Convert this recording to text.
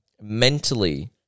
mentally –